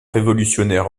révolutionnaire